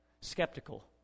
skeptical